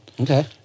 Okay